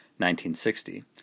1960